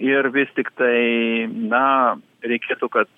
ir vis tiktai na reikėtų kad